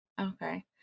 Okay